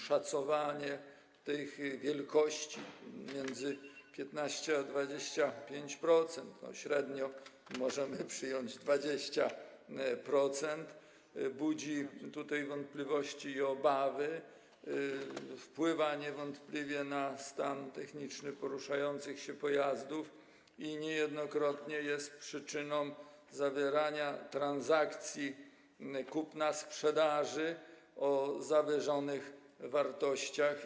Szacowanie tej wielkości między 15 a 25%, średnio możemy przyjąć 20%, budzi wątpliwości i obawy, wpływa niewątpliwie na stan techniczny poruszających się pojazdów i niejednokrotnie jest przyczyną zawierania transakcji kupna-sprzedaży o zawyżonych wartościach.